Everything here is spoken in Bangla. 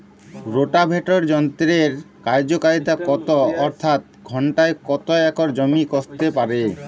রোটাভেটর যন্ত্রের কার্যকারিতা কত অর্থাৎ ঘণ্টায় কত একর জমি কষতে পারে?